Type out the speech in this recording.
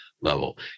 level